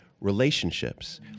relationships